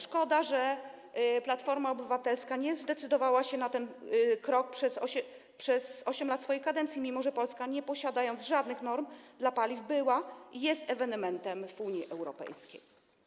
Szkoda, że Platforma Obywatelska nie zdecydowała się na ten krok w ciągu 8 lat swoich dwóch kadencji, mimo że Polska, nie posiadając żadnych norm dla paliw, była i jest ewenementem w Unii Europejskiej.